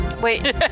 Wait